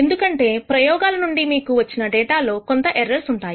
ఎందుకంటే ప్రయోగాల నుండి మీకు వచ్చిన డేటా లో కొంత ఎర్రర్స్ ఉంటాయి